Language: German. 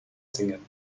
singen